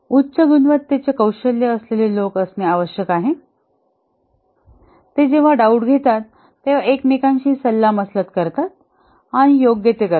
उच्च गुणवत्तेचे कौशल्य असलेले लोक असणे आवश्यक आहे ते जेव्हा डाउट घेतात तेव्हा एकमेकांशी सल्लामसलत करतात आणि योग्य ते करतात